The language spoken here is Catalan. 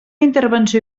intervenció